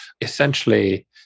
essentially